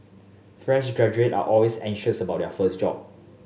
fresh graduate are always anxious about their first job